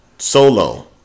solo